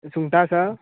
सुंगटां आसा